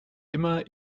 immer